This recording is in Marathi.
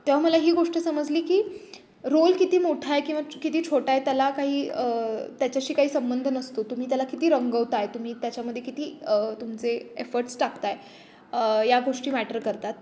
तेव्हा मला ही गोष्ट समजली की रोल किती मोठा आहे किंवा किती छोटा आहे त्याला काही त्याच्याशी काही संबंध नसतो तुम्ही त्याला किती रंगवत आहे तुम्ही त्याच्यामध्ये किती तुमचे एफर्ट्स टाकत आहे या गोष्टी मॅटर करतात